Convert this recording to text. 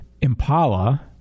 impala